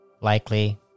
Likely